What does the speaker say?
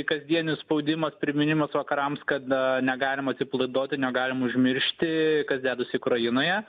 kasdienis spaudimas priminimas vakarams kad negalima atsipalaiduoti negalima užmiršti kas dedasi ukrainoje